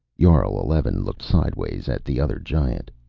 jarl eleven looked sidewise at the other giant.